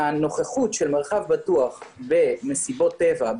הנוכחות של מרחב בטוח במסיבות טבע,